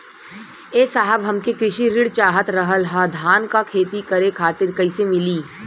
ए साहब हमके कृषि ऋण चाहत रहल ह धान क खेती करे खातिर कईसे मीली?